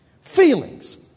Feelings